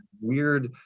weird